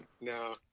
no